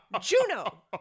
Juno